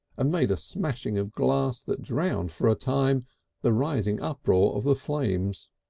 ah made a smashing of glass that drowned for a time the rising uproar of the flames.